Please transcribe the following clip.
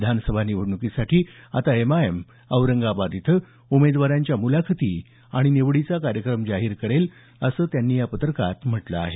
विधानसभा निवडणुकीसाठी आता एमआयएम औरंगाबाद इथं उमेदवारांच्या मुलाखती आणि निवडीचा कार्यक्रम जाहीर करील असं त्यांनी या पत्रकात म्हटलं आहे